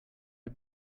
you